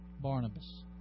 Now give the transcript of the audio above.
Barnabas